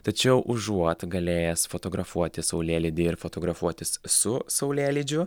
tačiau užuot galėjęs fotografuoti saulėlydį ir fotografuotis su saulėlydžiu